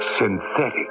synthetic